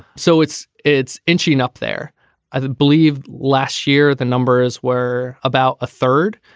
so it's it's inching up there i believe. last year the numbers were about a third.